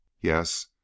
Yes